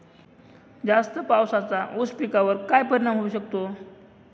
जास्त पावसाचा ऊस पिकावर काय परिणाम होऊ शकतो?